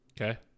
Okay